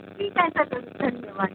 ठीक आहे सर धन धन्यवाद